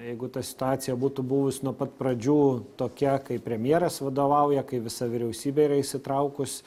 jeigu ta situacija būtų buvus nuo pat pradžių tokia kai premjeras vadovauja kai visa vyriausybė yra įsitraukus